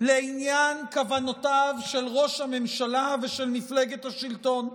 לעניין כוונותיהם של ראש הממשלה ושל מפלגת השלטון?